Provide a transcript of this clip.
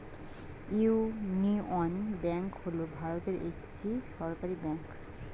union Bank হল ভারতের একটি সরকারি ব্যাঙ্ক